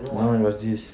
no it was this